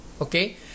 Okay